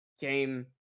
game